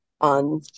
on